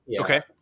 Okay